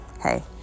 hey